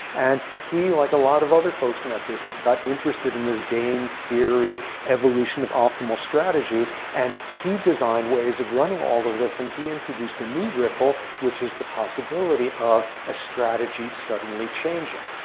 and he, like a lot of other folks in that business, got interested in this game theory evolution of optimal strategies. and he designed ways of running all of this. and he introduced a new ripple, which is the possibility of a strategy suddenly changing.